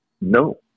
No